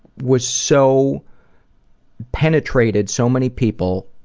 was so penetrated. so many people,